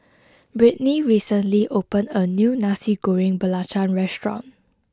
Britney recently opened a new Nasi Goreng Belacan restaurant